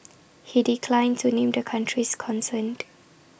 he declined to name the countries concerned